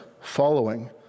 following